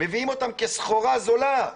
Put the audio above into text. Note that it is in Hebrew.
מביאים אותן כסחורה זולה,